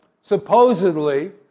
supposedly